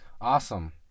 Awesome